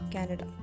Canada